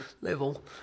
level